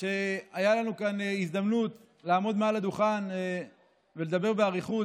שהייתה לנו כאן הזדמנות לעמוד מעל הדוכן ולדבר באריכות,